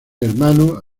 hermano